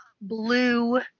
blue